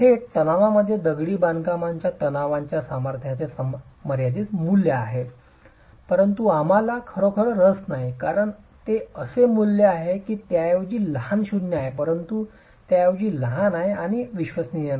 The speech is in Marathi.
थेट तणावामध्ये दगडी बांधकामाच्या तणावाच्या सामर्थ्याचे मर्यादित मूल्य आहे परंतु आम्हाला खरोखरच रस नाही कारण ते असे मूल्य आहे जे त्याऐवजी लहान शून्य आहे परंतु त्याऐवजी लहान आहे आणि विश्वसनीय नाही